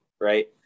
right